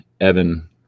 Evan